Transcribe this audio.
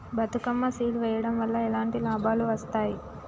Bathukamma seed వెయ్యడం వల్ల ఎలాంటి లాభాలు వస్తాయి?